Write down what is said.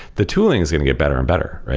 the tooling is going to get better and better.